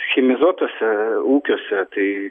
chemizuotuose ūkiuose tai